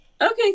Okay